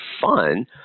fun